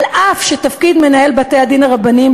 אף שתפקיד מנהל בתי-הדין הרבניים,